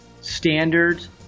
standards